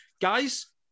guys